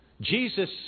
Jesus